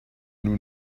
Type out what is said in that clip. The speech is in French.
nous